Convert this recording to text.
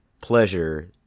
pleasure